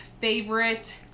favorite